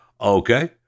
okay